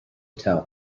tell